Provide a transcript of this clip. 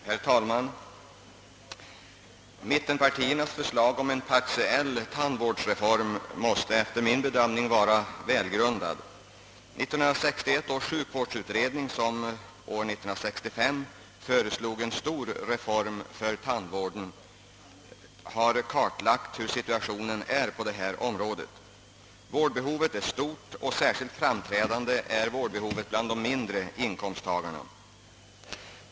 Herr talman! Mittenpartiernas förslag om en partiell tandvårdsreform är enligt min bedömning välgrundat. 1961 års sjukvårdsutredning, som 1965 föreslog en stor reform för tandvården, har kartlagt situationen på detta område. Vårdbehovet är stort och särskilt framträdande bland de mindre inkomsttagarna.